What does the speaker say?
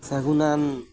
ᱥᱟᱹᱜᱩᱱᱟᱱ